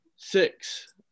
Six